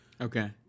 okay